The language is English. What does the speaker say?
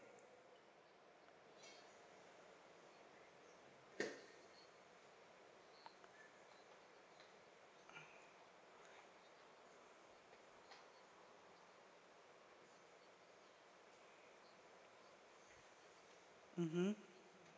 mmhmm